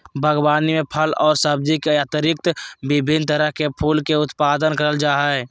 बागवानी में फल और सब्जी के अतिरिक्त विभिन्न तरह के फूल के उत्पादन करल जा हइ